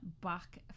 Back